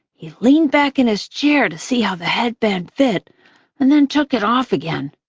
he leaned back in his chair to see how the headband fit and then took it off again.